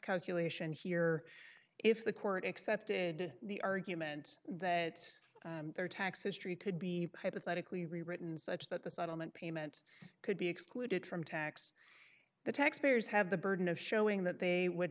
calculation here if the court accepted the argument that their taxes tree could be hypothetically rewritten such that the settlement payment could be excluded from tax the tax payers have the burden of showing that they would